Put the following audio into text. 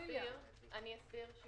אני אסביר.